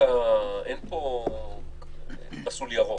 אין פה מסלול ירוק.